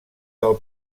del